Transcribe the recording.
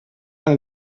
eine